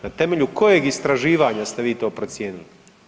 Na temelju kojeg istraživanja ste vi to procijenili?